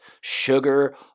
sugar